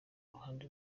ruhande